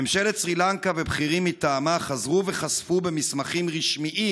ממשלת סרי לנקה ובכירים מטעמה חזרו וחשפו במסמכים רשמיים,